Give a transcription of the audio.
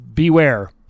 beware